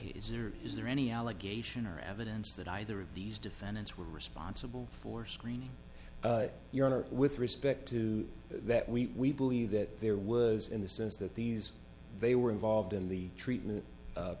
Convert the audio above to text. he is here is there any allegation or evidence that either of these defendants were responsible for screening your honor with respect to that we believe that there was in the sense that these they were involved in the treatment